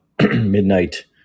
midnight